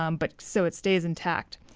um but so it stays intact,